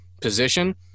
position